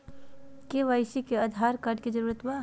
KYC में Aadhaar card के जरूरत बा?